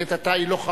לעת עתה היא לא חרגה,